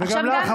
וגם לך,